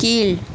கீழ்